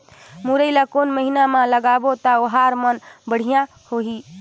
मुरई ला कोन महीना मा लगाबो ता ओहार मान बेडिया होही?